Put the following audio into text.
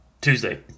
Tuesday